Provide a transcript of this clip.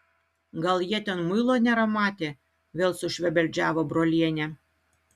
gal jie ten muilo nėra matę vėl sušvebeldžiavo brolienė